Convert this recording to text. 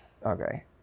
Okay